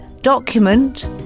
document